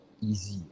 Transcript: easy